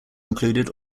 included